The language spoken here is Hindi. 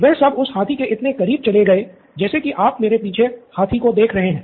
वे सब उस हाथी के इतने करीब चले गए जैसे की आप मेरे पीछे हाथी को देख रहे हैं